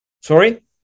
Sorry